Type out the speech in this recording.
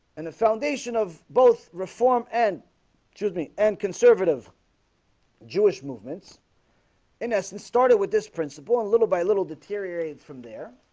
and the foundation of both reform and choose me and conservative jewish movements in essence started with this principle a little by little deteriorates from there